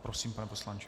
Prosím, pane poslanče.